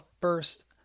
first